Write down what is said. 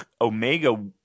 Omega